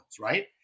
right